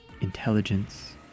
intelligence